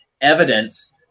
evidence